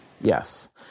Yes